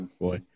boy